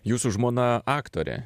jūsų žmona aktorė